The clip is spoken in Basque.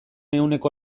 ehuneko